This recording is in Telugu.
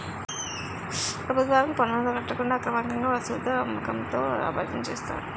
ప్రభుత్వానికి పనులు కట్టకుండా అక్రమార్గంగా వస్తువులను అమ్మకంతో లాభార్జన చేస్తారు